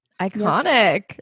Iconic